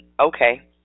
Okay